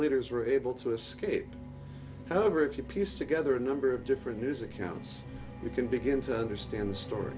leaders were able to escape however if you piece together a number of different news accounts you can begin to understand the story